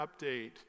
update